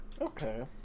Okay